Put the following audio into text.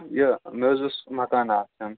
یہِ مےٚ حظ اوس مکانہ اَکھ ہیٚوُن